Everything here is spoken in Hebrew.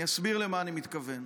אני אסביר למה אני מתכוון.